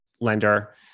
lender